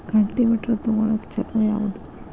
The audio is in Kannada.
ಕಲ್ಟಿವೇಟರ್ ತೊಗೊಳಕ್ಕ ಛಲೋ ಯಾವದ?